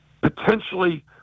potentially